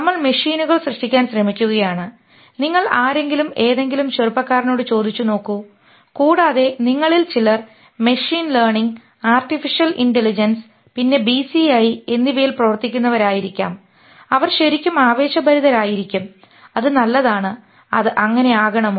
നമ്മൾ മെഷീനുകൾ സൃഷ്ടിക്കാൻ ശ്രമിക്കുകയാണ് നിങ്ങൾ ആരെയെങ്കിലും ഏതെങ്കിലും ചെറുപ്പക്കാരനോട് ചോദിച്ചുനോക്കൂ കൂടാതെ നിങ്ങളിൽ ചിലർ മെഷീൻ ലേണിംഗ് ആർട്ടിഫിഷ്യൽ ഇന്റലിജൻസ് പിന്നെ ബിസിഐ എന്നിവയിൽ പ്രവർത്തിക്കുന്നവരായിരിക്കാം അവർ ശരിക്കും ആവേശഭരിതരായിരിക്കും അത് നല്ലതാണ് അത് അങ്ങനെ ആകണമോ